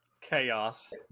Chaos